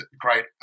great